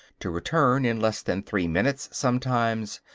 to return, in less than three minutes sometimes,